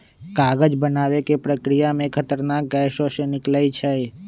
कागज बनाबे के प्रक्रिया में खतरनाक गैसें से निकलै छै